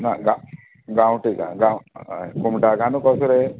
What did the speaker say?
ना गा गांवटी जाय गाव कुंबटा कांदो कसो रे